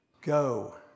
Go